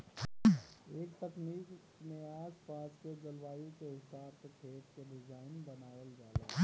ए तकनीक में आस पास के जलवायु के हिसाब से खेत के डिज़ाइन बनावल जाला